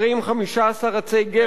חמישה עצי גפן,